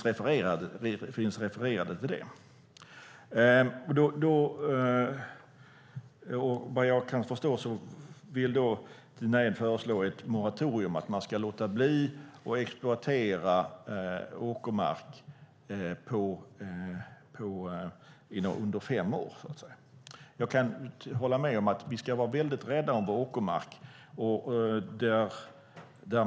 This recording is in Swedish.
Det refereras till det. Vad jag kan förstå vill Tina Ehn föreslå ett moratorium om att man ska låta bli att exploatera åkermark under fem år. Jag kan hålla med om att vi ska vara mycket rädda om vår åkermark.